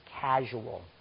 casual